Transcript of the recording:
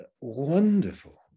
wonderful